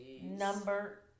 number